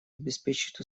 обеспечить